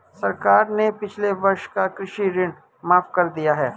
सरकार ने पिछले वर्ष का कृषि ऋण माफ़ कर दिया है